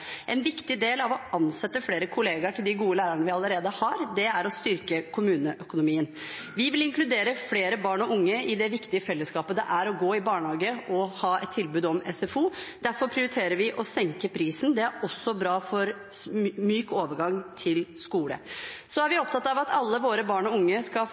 En viktig del av å ansette flere kollegaer til de gode lærerne vi allerede har, er å styrke kommuneøkonomien. Vi vil inkludere flere barn og unge i det viktige fellesskapet det er å gå i barnehage og ha et tilbud om SFO. Derfor prioriterer vi å senke prisen. Det er også bra for myk overgang til skole. Så er vi opptatt av at alle våre barn og unge skal